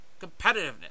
competitiveness